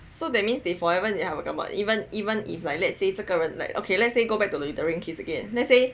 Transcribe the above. so that means they forever hel[ the government but even even if like let say 这个人 like okay let's say go back to the littering case again let's say